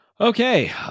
okay